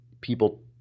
people